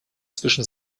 zwischen